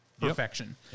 perfection